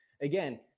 again